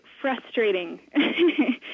frustrating